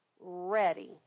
ready